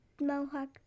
Mohawk